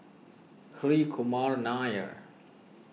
Hri Kumar Nair